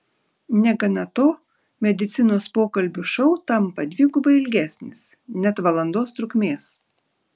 negana to medicinos pokalbių šou tampa dvigubai ilgesnis net valandos trukmės